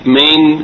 main